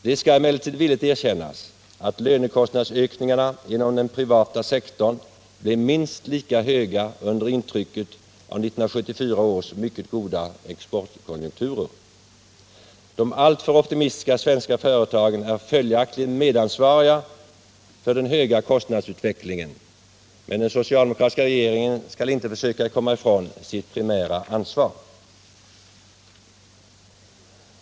Det skall emellertid villigt erkännas att lönekostnadsökningarna inom den privata sektorn blev minst lika höga under intrycket av 1974 års mycket goda exportkonjunktur. De alltför optimistiska svenska företagen är följaktligen medansvariga för den höga kostnadsutvecklingen, men den socialdemokratiska regeringen skall inte försöka komma ifrån sitt primära ansvar.